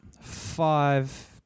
five